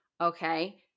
okay